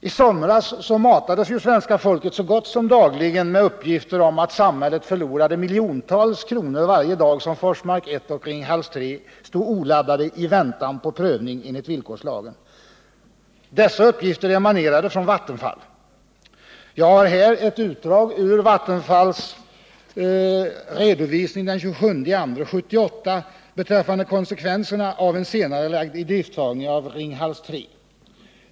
I somras matades det svenska folket så gott som dagligen med uppgifter om att samhället förlorade miljontals kronor varje dag som Forsmark 1 och Ringhals 3 stod oladdade i väntan på prövning enligt villkorslagen. Dessa uppgifter emanerade från Vattenfall. Jag har här i min hand ett utdrag ur Vattenfalls redovisning av den 22 februari 1978 beträffande konsekvenserna av en senarelagd idrifttagning av Ringhals 3.